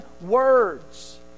words